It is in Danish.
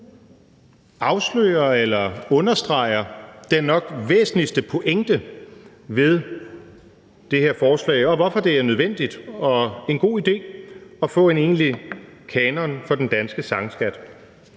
afslører eller understreger den nok væsentligste pointe ved det her forslag, og hvorfor det er nødvendigt og en god idé at få en egentlig kanon for den danske sangskat.